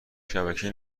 شبکه